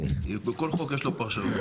כל חוק יש לו פרשנות,